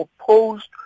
opposed